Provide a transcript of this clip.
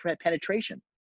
penetration